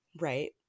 right